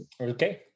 Okay